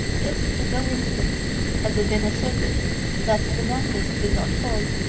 if in no instance has it been asserted that the masses did not fall,